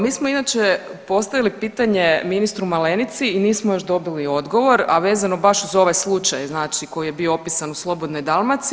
Mi smo inače postavili pitanje ministru Malenici i nismo još dobili odgovor, a vezano baš uz ovaj slučaj znači koji je bio opisan u Slobodnoj Dalmaciji.